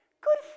Good